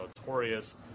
notorious